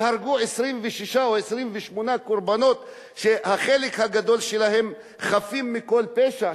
הרגו 26 או 28 קורבנות שהחלק הגדול שלהם חפים מכל פשע,